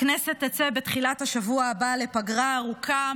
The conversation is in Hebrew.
הכנסת תצא בתחילת השבוע הבא לפגרה ארוכה,